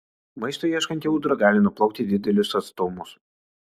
maisto ieškanti ūdra gali nuplaukti didelius atstumus